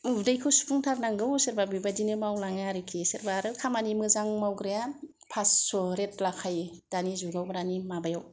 उदैखौ सुफुंथारनांगौ सोरबा बेबादिनो मावलाङो आरोखि सोरबा आरो खामानि मोजां मावग्राया पासस' रेट लाखायो दानि जुगाव दानि माबायाव